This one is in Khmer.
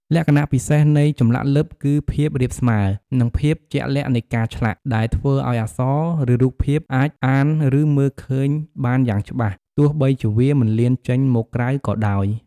លក្ខណៈពិសេសនៃចម្លាក់លិបគឺភាពរាបស្មើ និងភាពជាក់លាក់នៃការឆ្លាក់ ដែលធ្វើឲ្យអក្សរ ឬរូបភាពអាចអាន ឬមើលឃើញបានយ៉ាងច្បាស់ ទោះបីជាវាមិនលៀនចេញមកក្រៅក៏ដោយ។